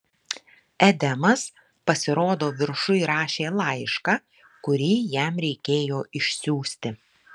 edemas pasirodo viršuj rašė laišką kurį jam reikėjo išsiųsti